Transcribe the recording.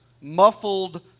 muffled